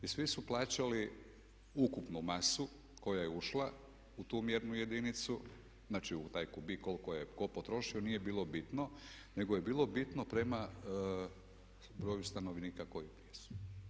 I svi su plaćali ukupnu masu koja je ušla u tu mjernu jedinicu, znači u taj kubik koliko je tko potrošio, nije bilo bitno nego je bilo bitno prema broju stanovnika koji jesu.